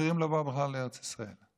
האחרים לא באו בכלל לארץ ישראל.